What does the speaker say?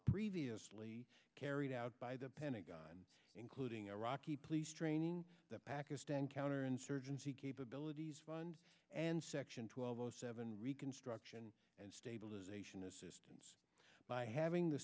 previously carried out by the pentagon including iraqi police training the pakistan counterinsurgency capabilities fund and section twelve zero seven reconstruction and stabilization assistance by having the